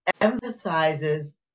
emphasizes